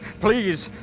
Please